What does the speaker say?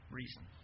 reason